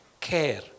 Care